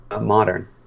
modern